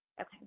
Okay